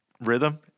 rhythm